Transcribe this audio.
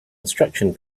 instruction